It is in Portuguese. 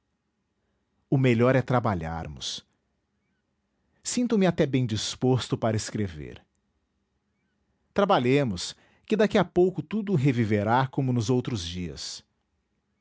o melhor é trabalharmos sinto-me até bem disposto para escrever trabalhemos que daqui a pouco tudo reviverá como nos outros dias